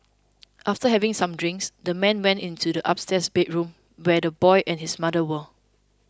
after having some drinks the man went into the upstairs bedroom where the boy and his mother were